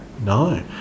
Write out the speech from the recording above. no